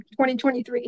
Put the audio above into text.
2023